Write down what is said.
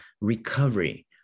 recovery